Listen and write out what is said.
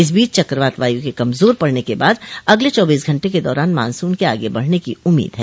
इस बीच चक्रवात वायु के कमजोर पड़ने के बाद अगले चौबीस घंटे के दौरान मानसून के आगे बढ़ने की उम्मीद है